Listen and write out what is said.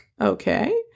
Okay